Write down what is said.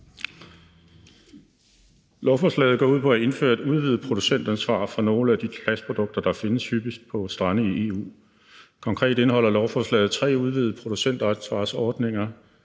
Lovforslaget går ud på at indføre et udvidet producentansvar for nogle af de plastprodukter, der findes hyppigst på strande i EU. Konkret indeholder lovforslaget tre udvidede producentansvarsordninger: